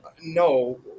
No